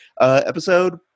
episode